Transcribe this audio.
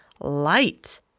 light